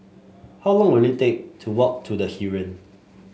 how long will it take to walk to The Heeren